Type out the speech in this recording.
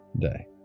day